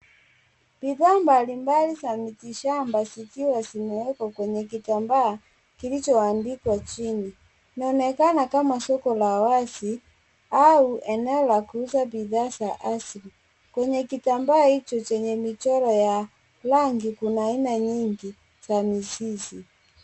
Bidhaa mbalimbali za miti shamba zikiwa zimewekwa kwenye kitambaa kilichoandikwa chini. Inaonekana Kama soko la wazi au eneo la kuuza bidhaa za asili. Kwenye kitambaa hicho chenye michoro ya rangi Kuna aina nyingi za mizizi.